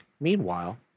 meanwhile